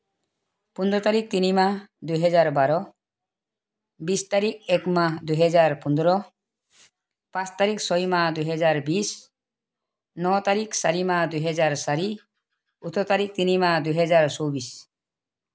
পোন্ধৰ তাৰিখ তিনি মাহ দুহেজাৰ বাৰ বিশ তাৰিখ এক মাহ দুহেজাৰ পোন্ধৰ পাঁচ তাৰিখ ছয় মাহ দুহেজাৰ বিশ ন তাৰিখ চাৰি মাহ দুহেজাৰ চাৰি ওঁঠৰ তাৰিখ তিনি মাহ দুহেজাৰ চৌব্বিছ